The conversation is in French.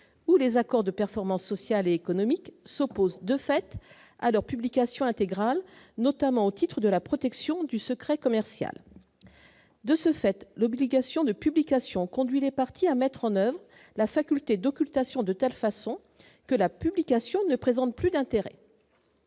ou les accords de performance sociale économique s'oppose de fait à leur publication intégrale, notamment au titre de la protection du secret commercial, de ce fait, l'obligation de publication conduit les partis à mettre en oeuvre la faculté d'occultation de telle façon que la publication ne présente plus d'intérêt.